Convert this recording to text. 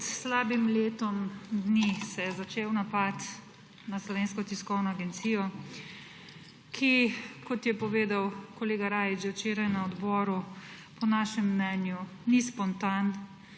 Pred slabim letom dni se je začel napad na Slovensko tiskovno agencijo, ki je povedal kolega Rajić že včeraj na odboru po našem mnenju ni spontan